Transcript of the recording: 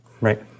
Right